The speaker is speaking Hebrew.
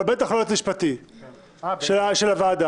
אבל בטח לא ליועץ משפטי של הוועדה.